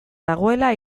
dagoela